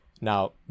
Now